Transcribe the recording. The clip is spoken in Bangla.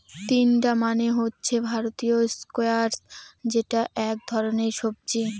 তিনডা মানে হচ্ছে ভারতীয় স্কোয়াশ যেটা এক ধরনের সবজি